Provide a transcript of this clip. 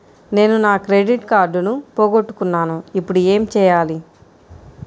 నేను నా క్రెడిట్ కార్డును పోగొట్టుకున్నాను ఇపుడు ఏం చేయాలి?